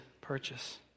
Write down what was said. purchase